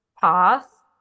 path